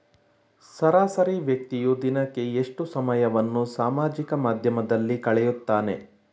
ಸರಾಸರಿ ವ್ಯಕ್ತಿಯು ದಿನಕ್ಕೆ ಎಷ್ಟು ಸಮಯವನ್ನು ಸಾಮಾಜಿಕ ಮಾಧ್ಯಮದಲ್ಲಿ ಕಳೆಯುತ್ತಾನೆ?